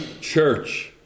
church